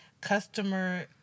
customer